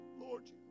Lord